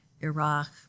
Iraq